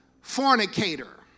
fornicator